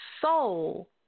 soul